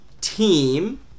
team